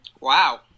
Wow